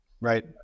Right